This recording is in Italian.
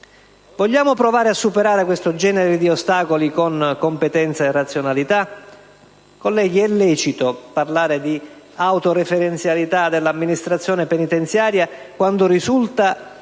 Vogliamo provare a superare questo genere di ostacoli con competenza e razionalità? Colleghi, è lecito parlare di autoreferenzialità dell'amministrazione penitenziaria quando risulta